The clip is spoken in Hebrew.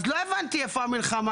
אז לא הבנתי איפה המלחמה,